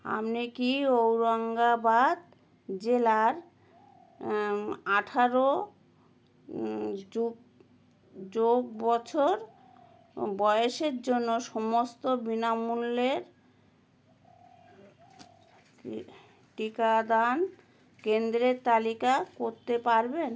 আপনি কি ঔরঙ্গাবাদ জেলার আঠারো যোগ যোগ বছর বয়েসের জন্য সমস্ত বিনামূল্যের টিকাদান কেন্দ্রের তালিকা কোত্তে পারবে